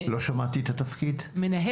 תודה